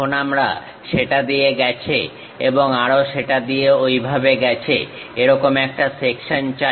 এখন আমরা সেটা দিয়ে গেছে এবং আরো সেটা দিয়ে ঐভাবে গেছে এরকম একটা সেকশন চাই